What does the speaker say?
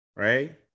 Right